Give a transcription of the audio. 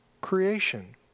creation